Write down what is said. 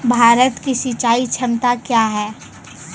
भारत की सिंचाई क्षमता क्या हैं?